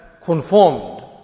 conformed